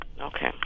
Okay